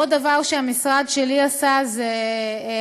עוד דבר שהמשרד שלי עשה זה הקמת